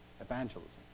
evangelism